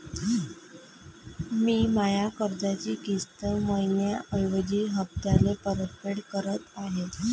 मी माया कर्जाची किस्त मइन्याऐवजी हप्त्याले परतफेड करत आहे